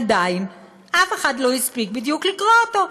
עדיין אף אחד לא הספיק בדיוק לקרוא אותו,